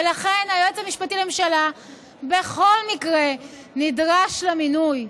ולכן, היועץ המשפטי לממשלה בכל מקרה נדרש למינוי,